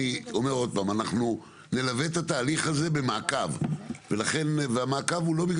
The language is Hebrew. אני מקווה שאת התשובה הזאת הוא כבר יגיד